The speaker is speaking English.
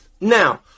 now